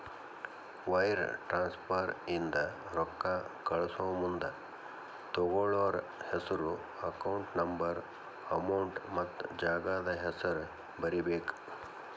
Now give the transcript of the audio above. wire transfer ಇಂದ ರೊಕ್ಕಾ ಕಳಸಮುಂದ ತೊಗೋಳ್ಳೋರ್ ಹೆಸ್ರು ಅಕೌಂಟ್ ನಂಬರ್ ಅಮೌಂಟ್ ಮತ್ತ ಜಾಗದ್ ಹೆಸರ ಬರೇಬೇಕ್